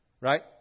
Right